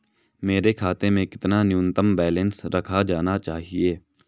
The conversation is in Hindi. मेरे खाते में कितना न्यूनतम बैलेंस रखा जाना चाहिए?